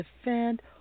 defend